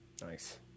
Nice